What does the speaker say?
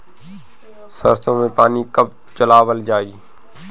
सरसो में पानी कब चलावल जाई?